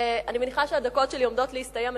אני מניחה שהדקות שלי עומדות להסתיים,